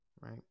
right